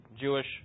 Jewish